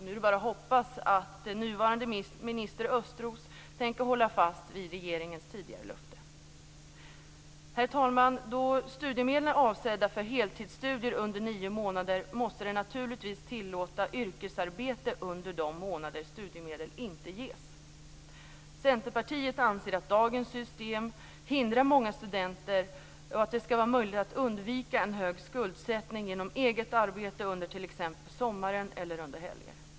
Nu är det bara att hoppas att nuvarande minister Östros tänker hålla fast vid regeringens tidigare löfte. Herr talman! Då studiemedlen är avsedda för heltidsstudier under nio månader måste det naturligtvis vara tillåtet med yrkesarbete under de månader då studiemedel inte ges. Centerpartiet anser att dagens system hindrar många studenter. Det skall vara möjligt att undvika en hög skuldsättning genom eget arbete under t.ex. sommaren eller under helger.